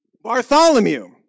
Bartholomew